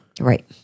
right